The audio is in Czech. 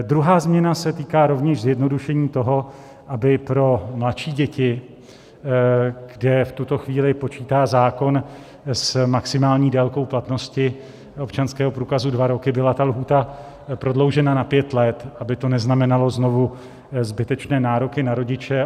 Druhá změna se týká rovněž zjednodušení toho, aby pro mladší děti, kde v tuto chvíli počítá zákon s maximální délkou platnosti občanského průkazu dva roky, byla ta lhůta prodloužena na pět let, aby to neznamenalo znovu zbytečné nároky na rodiče.